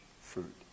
fruit